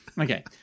Okay